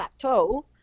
plateau